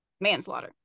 manslaughter